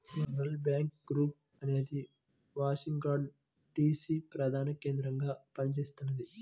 world Bank Group అనేది Washington DC ప్రధానకేంద్రంగా పనిచేస్తున్నది